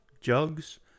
jugs